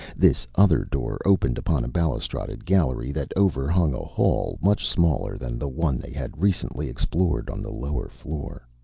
this other door opened upon a balustraded gallery that overhung a hall much smaller than the one they had recently explored on the lower floor.